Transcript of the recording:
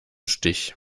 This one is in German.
stich